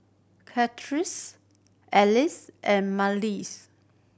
Alois and Mallies